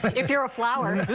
but if you're a flower.